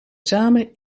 samen